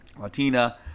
Latina